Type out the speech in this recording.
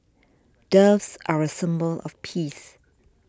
doves are a symbol of peace